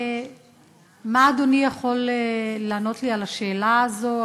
מה אדוני יכול לענות לי על השאלה הזו?